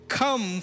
come